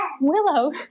Willow